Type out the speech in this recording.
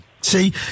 See